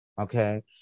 Okay